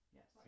Yes